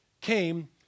came